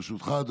ברשותך,